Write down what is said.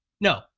no